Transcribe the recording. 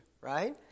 Right